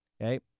Okay